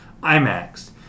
IMAX